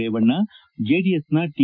ರೇವಣ್ಣ ಜೆಡಿಎಸ್ನ ಟಿ